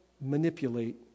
manipulate